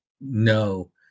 No